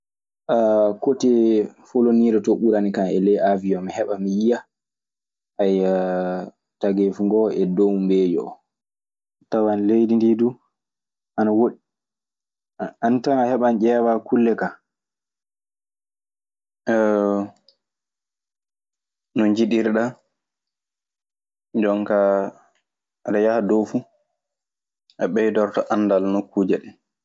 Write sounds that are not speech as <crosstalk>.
<hesitation> kotee foloniire ɓuranikan e ley aawion. Mi heɓan mi yiya, ayyaa, tageefu ngoo e dow mbeeyu oo. Tawan leydi ndii duu ana woɗɗi. An tan a heɓan ƴeewaa kulle kaa. <hesitation> No njiɗirɗaa, jonkaa aɗe yaha ɗoo fu, a ɓeydorto anndal nokkuuje ɗee.